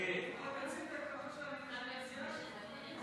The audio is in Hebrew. הסתייגות 14 לא נתקבלה.